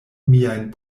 miajn